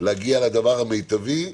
להגיע לדבר המיטבי,